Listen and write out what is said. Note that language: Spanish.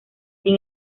sin